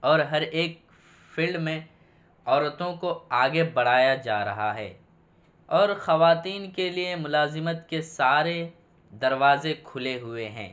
اور ہر ایک فیلڈ میں عورتوں کو آگے بڑھایا جا رہا ہے اور خواتین کے لیے ملازمت کے سارے دروازے کھلے ہوئے ہیں